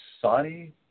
Saudi